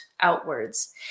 outwards